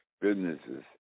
businesses